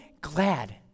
glad